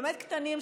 באמת קטנים,